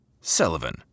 Sullivan